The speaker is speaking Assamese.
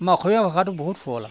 আমাৰ অসমীয়া ভাষাটো বহুত শুৱলা